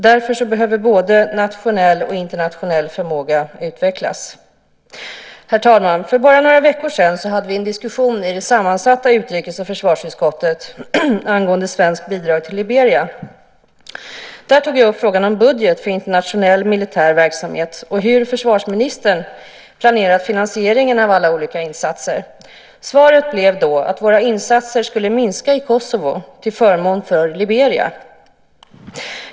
Därför behöver både nationell och internationell förmåga utvecklas. Herr talman! För bara några veckor sedan hade vi en diskussion i det sammansatta utrikes och försvarsutskottet angående svenskt bidrag till Liberia. Där tog jag upp frågan om budget för internationell militär verksamhet och hur försvarsministern planerar finansieringen av alla olika insatser. Svaret blev då att våra insatser skulle minska i Kosovo till förmån för Liberia.